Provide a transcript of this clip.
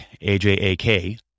A-J-A-K